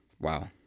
Wow